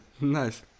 nice